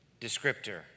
descriptor